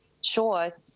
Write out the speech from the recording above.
Sure